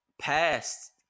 past